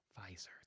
Pfizer